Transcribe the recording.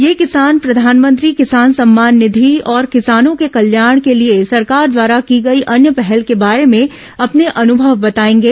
ये किसान प्रधानमंत्री किसान सम्मान निधि और किसानों के कल्याण के लिए सरकार द्वारा की गई अन्य पहल के बारे में अपने अनुभव बताएंगे